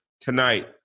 Tonight